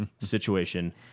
situation